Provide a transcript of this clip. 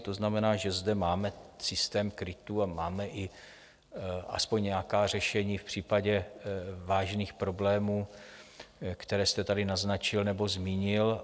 To znamená, že zde máme systém krytů a máme i aspoň nějaká řešení v případě vážných problémů, které jste tady naznačil nebo zmínil.